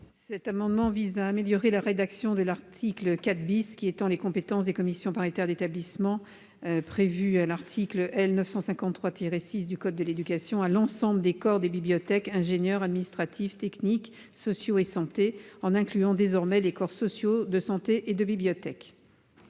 Cet amendement vise à améliorer la rédaction de l'article 4 , qui étend les compétences des commissions paritaires d'établissement prévues à l'article L. 953-6 du code de l'éducation à l'ensemble des corps des bibliothèques, ingénieurs, administratifs, techniques, sociaux et de santé, en incluant désormais les corps sociaux, de santé et de bibliothèques.